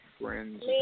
Friends